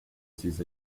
ses